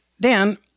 Dan